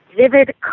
Vivid